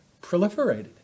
proliferated